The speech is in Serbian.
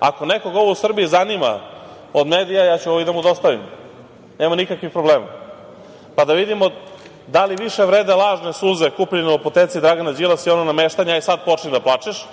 Ako nekog ovo u Srbiji zanima od medija, ja ću ovo i da mu dostavim, nema nikakvih problema, pa da vidimo da li više vrede lažne suze kupljene u apoteci Dragana Đilasa i ono nameštanje, aj sad počni da plačeš,